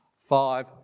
five